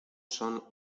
son